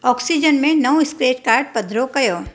oxygen में नओं scratch card पधिरो कयो